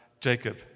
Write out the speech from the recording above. Jacob